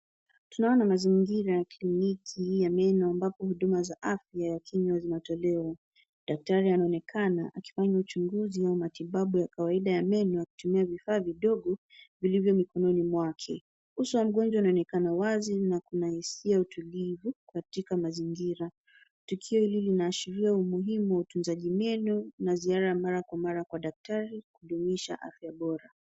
Tunaona mazingira ya kliniki ya meno ambapo huduma za afya ya kinywa zinatolewa. Daktari anaonekana akifanya uchunguzi ya matibabu ya kawaida ya meno akitumia vifaa vidogo vilivyo mikononi mwake. Uso wa mgonjwa unaonekana wazi na kuna hisia ya utulivu katika mazingira. Tukio hili linaashiria umuhimu wa utunzaji meno na ziara ya mara kwa mara kwa daktari kudumisha afya bora.